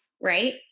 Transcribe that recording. right